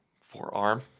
forearm